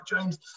James